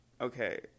Okay